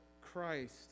Christ